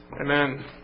Amen